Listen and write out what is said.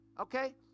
Okay